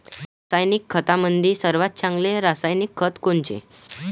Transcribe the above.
रासायनिक खतामंदी सर्वात चांगले रासायनिक खत कोनचे?